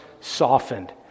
softened